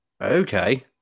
Okay